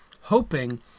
hoping